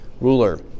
ruler